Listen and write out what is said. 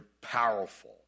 powerful